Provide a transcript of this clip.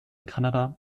kanada